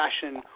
fashion